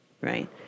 right